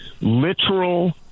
literal